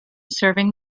serving